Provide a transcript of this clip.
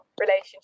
relationship